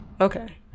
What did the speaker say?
Okay